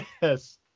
Yes